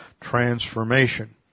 transformation